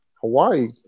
Hawaii